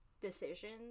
decisions